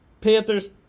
Panthers